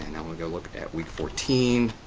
now, we'll go look at week fourteen.